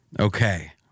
Okay